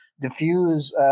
diffuse